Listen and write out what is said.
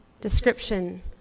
description